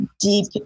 deep